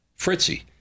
Fritzy